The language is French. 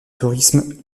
tourisme